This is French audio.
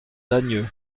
dagneux